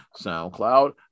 SoundCloud